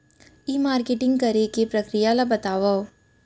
ई marketing करे के प्रक्रिया ला बतावव?